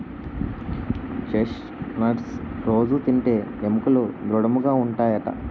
chest nuts రొజూ తింటే ఎముకలు దృడముగా ఉంటాయట